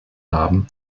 haben